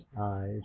eyes